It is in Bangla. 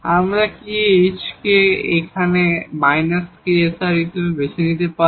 আমরা কি এই h কে এখানে −ksr হিসেবে বেছে নিতে পারি